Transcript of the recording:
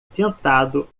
sentado